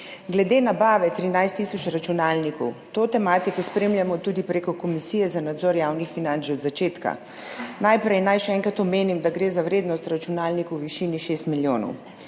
Glede nabave 13 tisočih računalnikov. To tematiko spremljamo tudi preko Komisije za nadzor javnih financ že od začetka. Najprej naj še enkrat omenim, da gre za vrednost računalnikov v višini 6 milijonov.